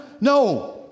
no